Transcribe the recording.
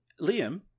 Liam